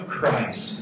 Christ